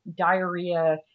diarrhea